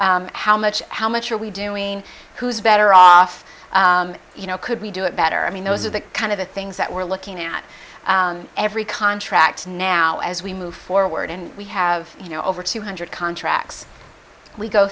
how much how much are we doing who's better off you know could we do it better i mean those are the kind of the things that we're looking at every contract now as we move forward and we have you know over two hundred